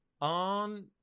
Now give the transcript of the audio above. on